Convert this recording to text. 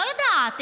לא יודעת,